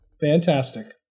Fantastic